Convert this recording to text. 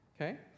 okay